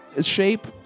Shape